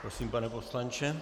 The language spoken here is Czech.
Prosím, pane poslanče.